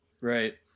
Right